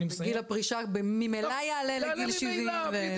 וגיל הפרישה ממילא יעלה לגיל 70. אני